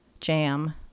jam